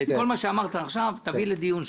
את כל מה שאמרת עכשיו תביא לדיון שם.